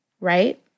Right